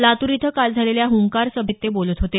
लातूर इथं काल झालेल्या हुंकार सभेत ते बोलत होते